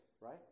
right